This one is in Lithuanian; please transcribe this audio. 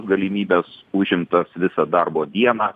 galimybes užimtas visą darbo dieną